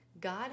God